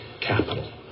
Capital